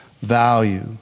value